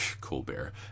Colbert